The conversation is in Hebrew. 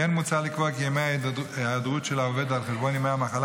כמו כן מוצע לקבוע כי ימי ההיעדרות של העובד על חשבון ימי המחלה